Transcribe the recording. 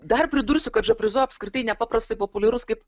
dar pridursiu kad žaprizo apskritai nepaprastai populiarus kaip